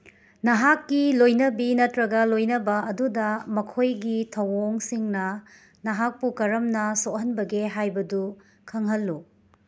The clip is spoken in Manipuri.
ꯅꯍꯥꯛꯀꯤ ꯂꯣꯏꯅꯕꯤ ꯅꯠꯇ꯭ꯔꯒ ꯂꯣꯏꯅꯕ ꯑꯗꯨꯗ ꯃꯈꯣꯏꯒꯤ ꯊꯧꯋꯣꯡꯁꯤꯡꯅ ꯅꯍꯥꯛꯄꯨ ꯀꯔꯝꯅ ꯁꯣꯛꯍꯟꯕꯒꯦ ꯍꯥꯏꯕꯗꯨ ꯈꯪꯍꯜꯂꯨ